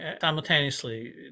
simultaneously